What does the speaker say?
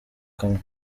kamwe